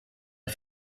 für